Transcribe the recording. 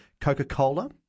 Coca-Cola